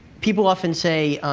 people often say,